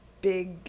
big